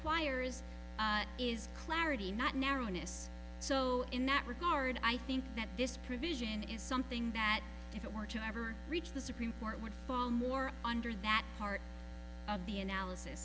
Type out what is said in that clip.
requires is clarity not narrowness so in that regard i think that this provision is something that if it were to ever reach the supreme court would fall more under that part of the analysis